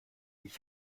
ich